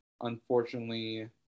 unfortunately